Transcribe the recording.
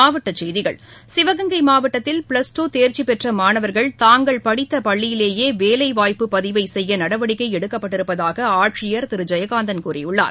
மாவட்ட செய்திகள் சிவகங்கை மாவட்டத்தில் ப்ளஸ் டு தேர்ச்சி பெற்ற மாணவர்கள் தாங்கள் படித்த பள்ளிலேயே வேலைவாய்ப்பு பதிவை செய்ய நடவடிக்கை எடுக்கப்பட்டிருப்பதாக ஆட்சியர் திரு ஜெயகாந்தன் கூறியுள்ளார்